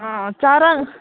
आं चारांक